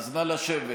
אז נא לשבת.